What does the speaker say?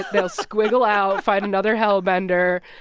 they'll squiggle out, find another hellbender.